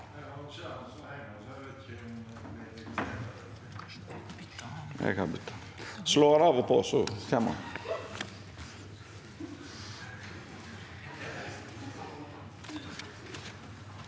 hva er det